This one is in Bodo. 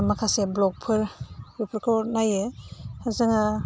माखासे भ्लगफोर बेफोरखौ नायो जोङो